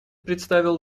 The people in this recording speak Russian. представил